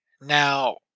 Now